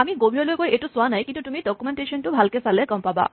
আমি গভীৰলৈ গৈ এইটো চোৱা নাই কিন্তু তুমি ডকুমেন্টেচনটো ভালকে চালে গম পাবা